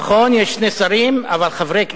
נכון, יש שני שרים, אבל חברי כנסת?